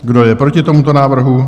Kdo je proti tomuto návrhu?